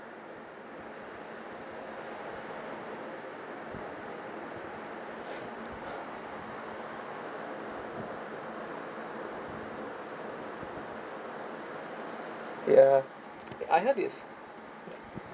ya I have is